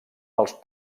els